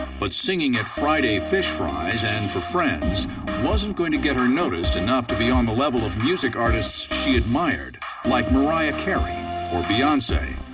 but singing at friday fish fries and for friends wasn't going to get her noticed enough to be on the level of music artists she admired like mariah carey or beyonce.